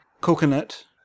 Coconut